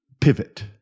pivot